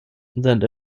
that